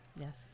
Yes